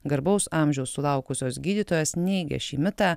garbaus amžiaus sulaukusios gydytojos neigia šį mitą